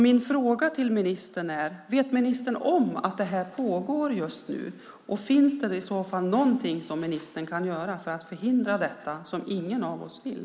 Min fråga till ministern är därför: Vet ministern om att det här just nu pågår, och finns det i så fall någonting som ministern kan göra för att förhindra detta som ingen av oss vill?